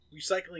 recycling